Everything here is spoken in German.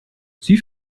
sie